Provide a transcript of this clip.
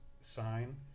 sign